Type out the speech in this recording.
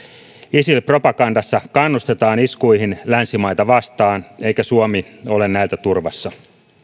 isil propagandassa kannustetaan iskuihin länsimaita vastaan eikä suomi ole näiltä turvassa